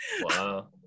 Wow